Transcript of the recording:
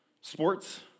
Sports